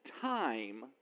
time